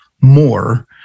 more